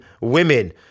women